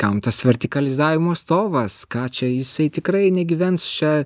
kam tas vertikalizavimo stovas ką čia jisai tikrai negyvens čia